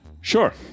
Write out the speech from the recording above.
Sure